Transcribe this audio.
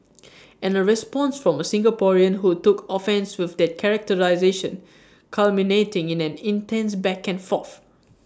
and A response from A Singaporean who took offence with that characterisation culminating in an intense back and forth